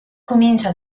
comincia